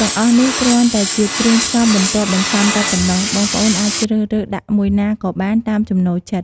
ទាំងអស់នេះគ្រាន់តែជាគ្រឿងផ្សំបន្ទាប់បន្សំតែប៉ុណ្ណោះ បងប្អូនអាចជ្រើសរើសដាក់មួយណាក៏បានតាមចំណូលចិត្ត។